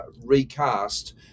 recast